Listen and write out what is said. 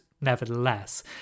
nevertheless